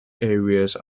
areas